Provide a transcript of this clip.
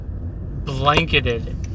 blanketed